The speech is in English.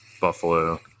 Buffalo